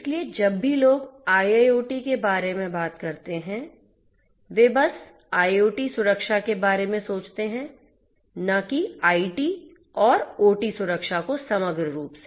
इसलिए जब भी लोग IIoT के बारे में बात करते हैं वे बस IoT सुरक्षा के बारे में सोचते हैं न कि IT और OT सुरक्षा को समग्र रूप से